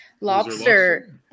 Lobster